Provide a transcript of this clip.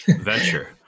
venture